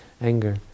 anger